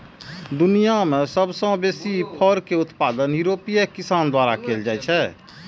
दुनिया मे सबसं बेसी फर के उत्पादन यूरोपीय किसान द्वारा कैल जाइ छै